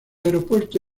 aeropuerto